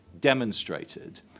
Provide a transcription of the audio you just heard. demonstrated